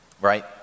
right